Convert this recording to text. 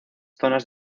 zonas